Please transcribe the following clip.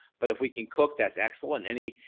but if we can cook that's excellent any,